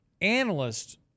analysts